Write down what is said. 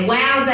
Wow